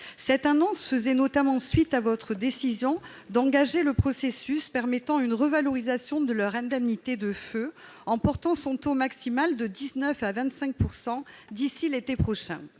Cette annonce faisait notamment suite à votre décision d'engager un processus permettant une revalorisation de l'indemnité de feu, en portant son taux maximal de 19 % à 25 % d'ici à l'été prochain.